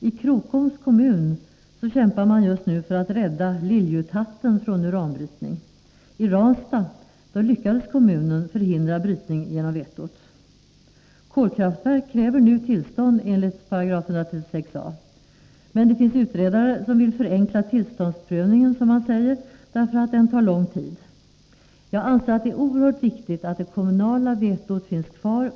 I Krokoms kommun kämpar man just nu för att rädda Lilljuthatten från uranbrytning. I Ranstad lyckades kommunen förhindra brytning genom vetot. Uppförandet av kolkraftverk kräver nu tillstånd enligt 136 a §. Det finns dock utredare som vill förenkla tillståndsprövningen därför att den tar lång tid. Jag anser att det är oerhört viktigt att det kommunala vetot finns kvar.